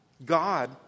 God